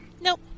Nope